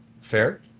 Fair